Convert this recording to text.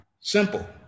Simple